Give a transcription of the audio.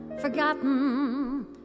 Forgotten